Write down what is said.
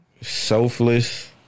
selfless